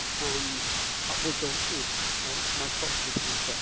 and upwards of my my clock just reset